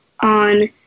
on